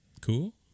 cool